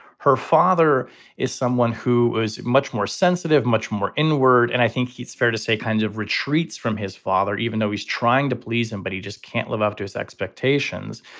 her father is someone who is much more sensitive, much more inward. and i think it's fair to say kinds of retreats from his father, even though he's trying to please him, but he just can't live up to his expectations.